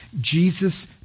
Jesus